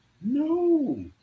No